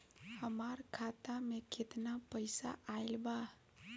हमार खाता मे केतना पईसा आइल बा?